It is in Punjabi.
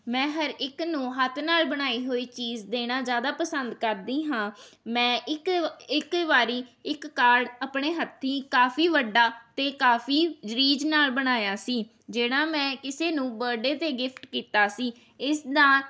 ਮੈਂ ਹਰ ਇੱਕ ਨੂੰ ਹੱਥ ਨਾਲ ਬਣਾਈ ਹੋਈ ਚੀਜ਼ ਦੇਣਾ ਜ਼ਿਆਦਾ ਪਸੰਦ ਕਰਦੀ ਹਾਂ ਮੈਂ ਇੱਕ ਇੱਕ ਵਾਰੀ ਇੱਕ ਕਾਰਡ ਆਪਣੇ ਹੱਥੀਂ ਕਾਫੀ ਵੱਡਾ ਅਤੇ ਕਾਫੀ ਰੀਝ ਨਾਲ ਬਣਾਇਆ ਸੀ ਜਿਹੜਾ ਮੈਂ ਕਿਸੇ ਨੂੰ ਬੱਡੇ ਅਤੇ ਗਿਫਟ ਕੀਤਾ ਸੀ ਇਸ ਦਾ